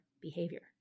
behavior